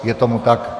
Je tomu tak.